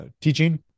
teaching